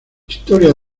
historia